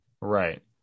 Right